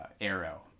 Arrow